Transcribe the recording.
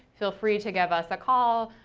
feel freely to give us a call.